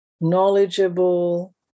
knowledgeable